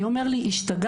היה אומר לי השתגעת,